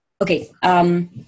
Okay